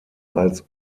als